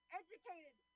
educated